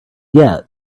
yet